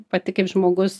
pati kaip žmogus